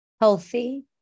healthy